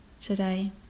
today